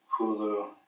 Hulu